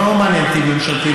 לא מעניין אותי ממשלתי,